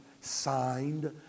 signed